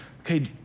okay